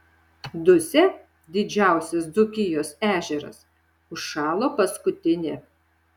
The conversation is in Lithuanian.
dusia didžiausias dzūkijos ežeras užšalo paskutinė